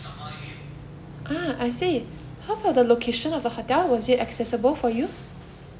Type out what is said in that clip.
ah I see how about the location of the hotel was it accessible for you